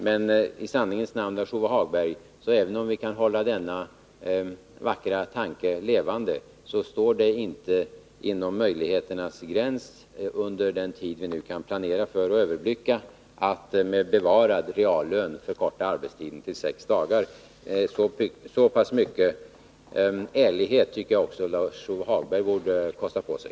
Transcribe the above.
Men även om vi kan hålla denna vackra tanke levande så ligger det — det måste ändå i sanningens namn sägas, Lars-Ove Hagberg — inte inom möjligheternas gräns att med bevarad reallön förkorta arbetstiden till sex timmar under den tid vi nu kan planera för och överblicka. Så mycket ärlighet tycker jag att också Lars-Ove Hagberg borde kosta på sig!